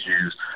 issues